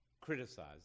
criticize